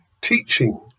teaching